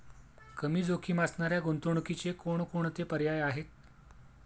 कमी जोखीम असणाऱ्या गुंतवणुकीचे कोणकोणते पर्याय आहे?